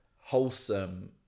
wholesome